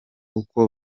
uko